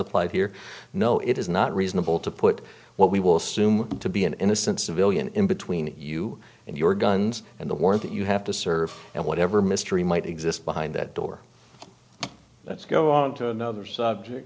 applied here no it is not reasonable to put what we will assume to be an innocent civilian in between you and your guns and the warrant that you have to serve and whatever mystery might exist behind that door let's go on to another subject